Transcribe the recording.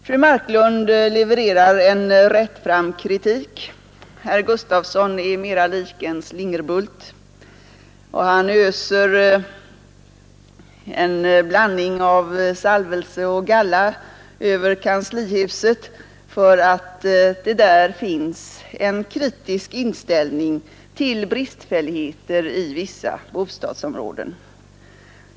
Fru Marklund levererar en rättfram kritik, herr Gustavsson i Alvesta är mer lik en slingerbult. Han öser en blandning av salvelse och galla över kanslihuset för att det där finns en kritisk inställning till bristfälligheter i vissa bostadsområden.